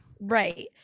Right